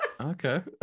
okay